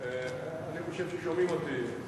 אני חושב ששומעים אותי.